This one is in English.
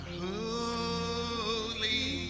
holy